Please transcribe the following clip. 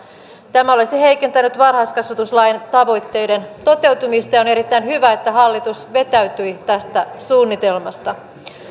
tämä olisi heikentänyt varhaiskasvatuslain tavoitteiden toteutumista ja on erittäin hyvä että hallitus vetäytyi tästä suunnitelmasta